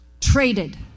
traded